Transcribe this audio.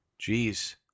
jeez